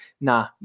nah